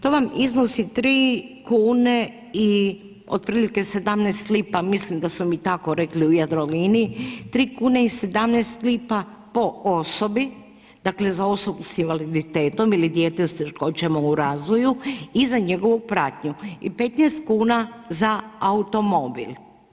To vam iznosi 3 kune i otprilike 17 lipa, mislim da su mi tako rekli u Jadroliniji, 3,17kn po osobi, dakle za osobu sa invaliditetom ili dijete sa teškoćama u razvoju i za njegovu pratnju i 15 kuna za automobil.